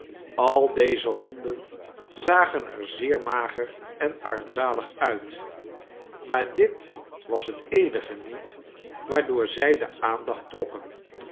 al deze honden zagen er zeer mager en armzalig uit maar dit was het eenige niet waardoor zij de aandacht trokken